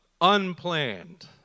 unplanned